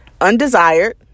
undesired